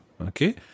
Okay